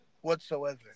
whatsoever